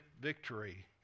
victory